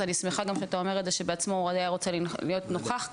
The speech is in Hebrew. אז אני שמחה גם שאתה אומר שהוא בעצמו היה רוצה להיות נוכח כאן.